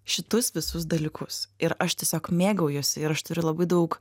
šitus visus dalykus ir aš tiesiog mėgaujuosi ir aš turiu labai daug